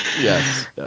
Yes